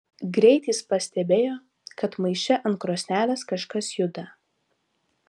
greit jis pastebėjo kad maiše ant krosnelės kažkas juda